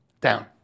down